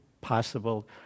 possible